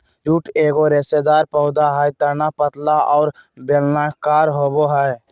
jute एगो रेशेदार पौधा हइ तना पतला और बेलनाकार होबो हइ